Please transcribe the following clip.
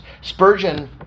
Spurgeon